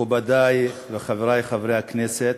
מכובדי וחברי חברי הכנסת,